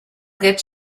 get